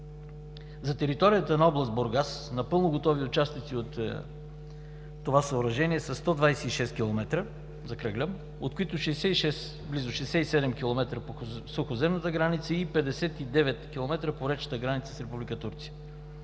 За територията на Област Бургас напълно готови участъци от това съоръжение са 126 км, закръглям, от които 66 – близо 67 км, по сухоземната граница и 59 км по речната граница с Република